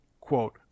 Quote